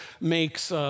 makes